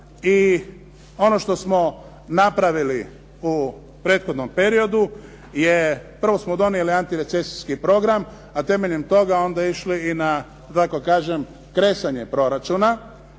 i ono što smo napravili u prethodnom periodu, je prvo smo donijeli anatirecesijski program, a temeljem toga onda išli i na, da tako kažem kresanje proračuna.